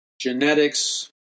genetics